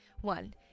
One